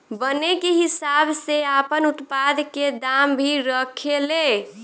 बने के हिसाब से आपन उत्पाद के दाम भी रखे ले